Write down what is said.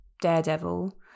Daredevil